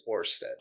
orsted